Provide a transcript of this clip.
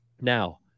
Now